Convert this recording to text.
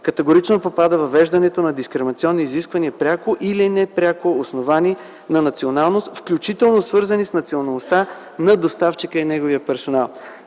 категорично попада въвеждането на дискриминационни изисквания - пряко или непряко, основани на националност, включително свързани с националността на доставчика и неговия персонал.